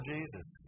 Jesus